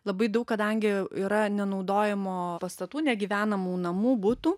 labai daug kadangi yra nenaudojamų pastatų negyvenamų namų butų